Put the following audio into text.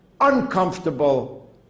uncomfortable